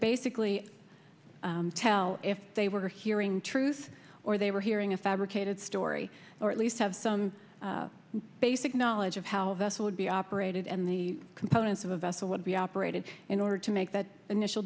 basically tell if they were hearing truth or they were hearing a fabricated story or at least have some basic knowledge of how a vessel would be operated and the components of a vessel would be operated in order to make that initial